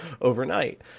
overnight